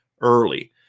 early